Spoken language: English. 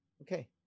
okay